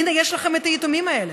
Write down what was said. הינה, יש לכם את היתומים האלה.